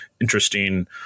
interesting